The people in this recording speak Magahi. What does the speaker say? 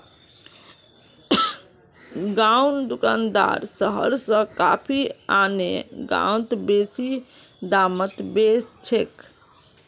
गांउर दुकानदार शहर स कॉफी आने गांउत बेसि दामत बेच छेक